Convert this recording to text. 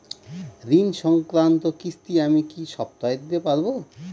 ঋণ সংক্রান্ত কিস্তি আমি কি সপ্তাহে দিতে পারবো?